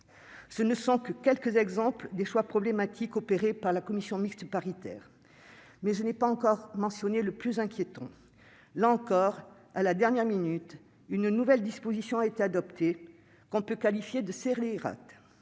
Ce ne sont que quelques exemples des choix problématiques opérés par la commission mixte paritaire, mais je n'ai pas encore mentionné le plus inquiétant ! Là encore, à la dernière minute, une nouvelle disposition a été adoptée, que l'on peut qualifier de scélérate.